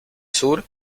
sur